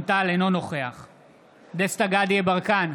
אינו נוכח דסטה גדי יברקן,